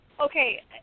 okay